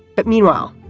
but meanwhile,